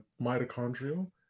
mitochondrial